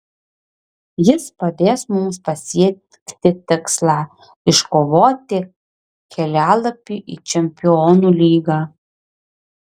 jis padės mums pasiekti tikslą iškovoti kelialapį į čempionų lygą